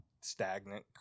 stagnant